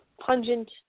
pungent